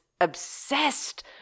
obsessed